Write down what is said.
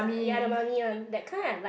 ya the Mummy one that kind ah like